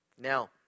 Now